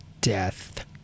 death